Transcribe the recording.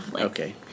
Okay